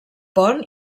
pont